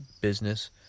business